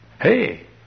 Hey